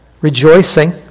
rejoicing